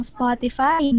Spotify